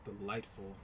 delightful